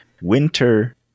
Winter